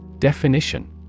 Definition